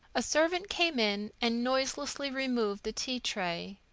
a servant came in and noiselessly removed the tea-tray.